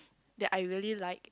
that I really like